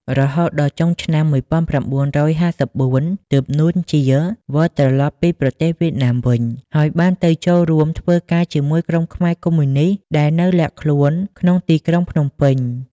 រហូតដល់ចុងឆ្នាំ១៩៥៤ ទើប នួន ជា វិលត្រឡប់ពីប្រទេសវៀតណាមវិញ ហើយបានទៅចូលរួមធ្វើការជាមួយក្រុមខ្មែរកុម្មុយនិស្ត ដែលនៅលាក់ខ្លួនក្នុងទីក្រុងភ្នំពេញ។